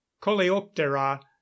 coleoptera